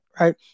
right